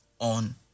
on